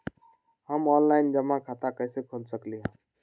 हम ऑनलाइन जमा खाता कईसे खोल सकली ह?